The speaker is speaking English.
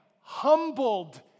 humbled